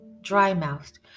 dry-mouthed